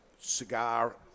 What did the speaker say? cigar